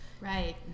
right